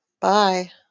Bye